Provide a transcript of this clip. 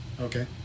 Okay